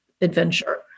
adventure